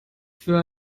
für